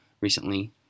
recently